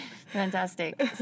Fantastic